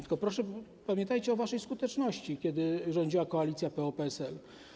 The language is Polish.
Tylko pamiętajcie o waszej skuteczności, kiedy rządziła koalicja PO-PSL.